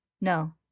No